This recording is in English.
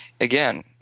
again –